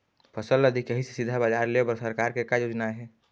फसल ला दिखाही से सीधा बजार लेय बर सरकार के का योजना आहे?